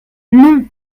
non